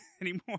anymore